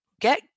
get